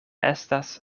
estas